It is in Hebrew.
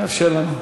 מאפשרים לנו.